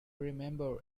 remember